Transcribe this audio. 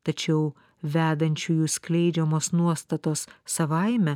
tačiau vedančiųjų skleidžiamos nuostatos savaime